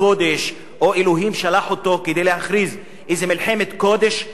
או אלוהים שלח אותו כדי להכריז איזה מלחמת קודש על אירן.